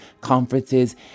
conferences